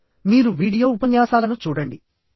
సరే మీరు వీడియో ఉపన్యాసాల ను చూడండి